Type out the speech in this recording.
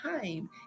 time